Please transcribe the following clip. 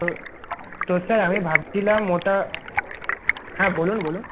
তো তো স্যার আমি ভাবছিলাম ওটা হ্যাঁ বলুন বলুন